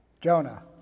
Jonah